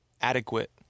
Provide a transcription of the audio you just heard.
adequate